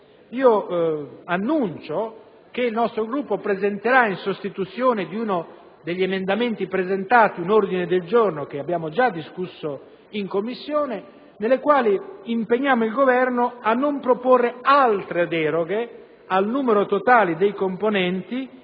annuncio che il nostro Gruppo presenterà, in sostituzione di uno degli emendamenti, un ordine del giorno che abbiamo già discusso in Commissione con il quale impegniamo il Governo a non proporre altre deroghe al numero totale dei componenti,